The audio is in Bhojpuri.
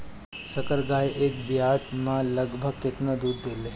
संकर गाय एक ब्यात में लगभग केतना दूध देले?